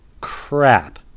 crap